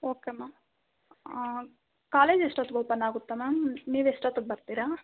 okay ma'am ಹಾಂ college ಎಷ್ಟೊತ್ಗೆ open ಆಗುತ್ತೆ ಮ್ಯಾಮ್ ನೀವು ಎಷ್ಟೊತ್ಗೆ ಬರ್ತೀರಾ